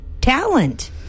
talent